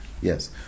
Yes